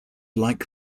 like